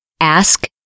ask